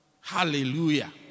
Hallelujah